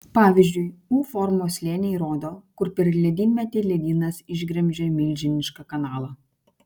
pavyzdžiui u formos slėniai rodo kur per ledynmetį ledynas išgremžė milžinišką kanalą